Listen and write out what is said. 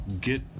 get